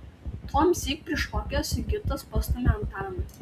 tuomsyk prišokęs sigitas pastumia antaną